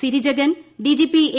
Sirijagan D G P A